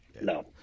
No